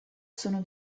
sono